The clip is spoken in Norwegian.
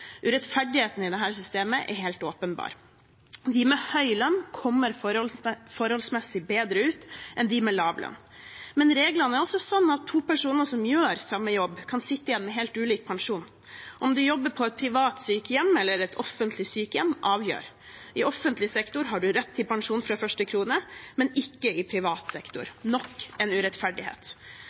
Urettferdigheten i dette systemet er helt åpenbar. De med høy lønn kommer forholdsmessig bedre ut enn de med lav lønn. Men reglene er også slik at to personer som gjør samme jobb, kan sitte igjen med helt ulik pensjon. Om de jobber på et privat sykehjem eller et offentlig sykehjem, avgjør. I offentlig sektor har man rett på pensjon fra første krone, men ikke i privat sektor – nok en urettferdighet!